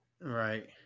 Right